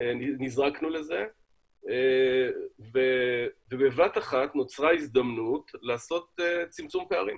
נזרקנו לזה ובבת אחת נוצרה הזדמנות לעשות צמצום פערים.